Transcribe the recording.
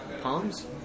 Palms